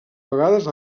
vegades